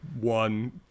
one